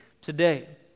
today